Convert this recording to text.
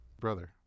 brother